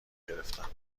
گرفتم